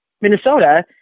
Minnesota